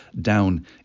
down